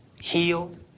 healed